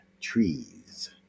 Trees